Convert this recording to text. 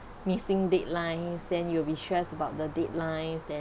missing deadlines then you will be stressed about the deadlines then